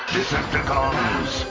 Decepticons